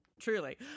Truly